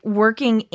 working